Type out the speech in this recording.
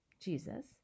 Jesus